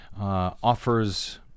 offers